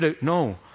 No